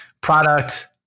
product